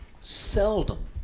seldom